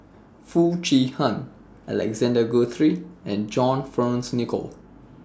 Foo Chee Han Alexander Guthrie and John Fearns Nicoll